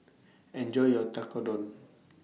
Enjoy your Tekkadon